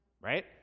Right